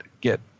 get